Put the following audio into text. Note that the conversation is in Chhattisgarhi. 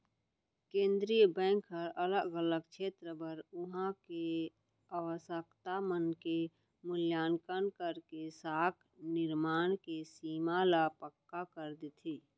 केंद्रीय बेंक ह अलग अलग छेत्र बर उहाँ के आवासकता मन के मुल्याकंन करके साख निरमान के सीमा ल पक्का कर देथे